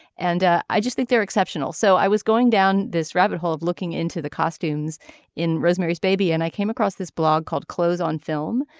and i just think they're exceptional so i was going down this rabbit hole of looking into the costumes in rosemary's baby and i came across this blog called close on film.